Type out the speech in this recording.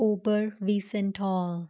ਓਪਰ ਵੀ ਸੈਨ ਟੋਲ